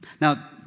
Now